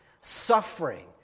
suffering